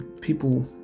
People